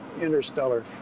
interstellar